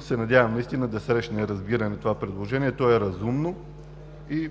се. Надявам се наистина да срещне разбиране това предложение, то е разумно и